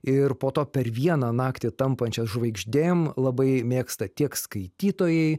ir po to per vieną naktį tampančias žvaigždėm labai mėgsta tiek skaitytojai